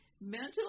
mental